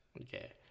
Okay